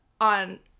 On